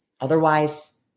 Otherwise